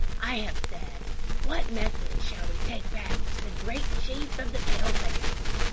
i have said what message shall we take back to the great chief of the pale-faces?